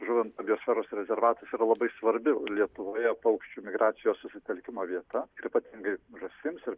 žuvinto biosferos rezervatas yra labai svarbi lietuvoje paukščių migracijos susitelkimo vieta ir ypatingai žąsims ir